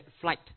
flight